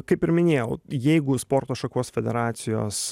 kaip ir minėjau jeigu sporto šakos federacijos